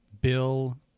Bill